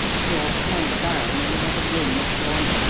you'll find the baron in the other room, miss lorne,